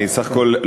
אני סך הכול,